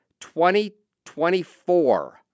2024